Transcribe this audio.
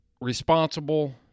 responsible